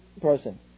person